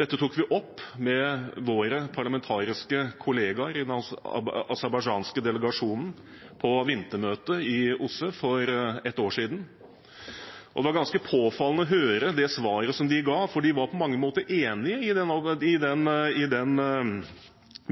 Dette tok vi opp med våre parlamentariske kollegaer i den aserbajdsjanske delegasjonen på vintermøtet i OSSE for ett år siden. Det var ganske påfallende å høre det svaret de ga, for de var på mange måter enig i